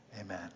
amen